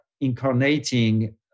incarnating